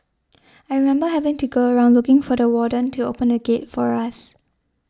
I remember having to go around looking for the warden to open the gate for us